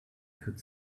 could